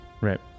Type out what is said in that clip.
right